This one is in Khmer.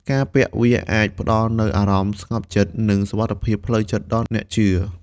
ការពាក់វាអាចផ្ដល់នូវអារម្មណ៍ស្ងប់ចិត្ត និងសុវត្ថិភាពផ្លូវចិត្តដល់អ្នកជឿ។